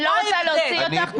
אני לא רוצה להוציא אותך,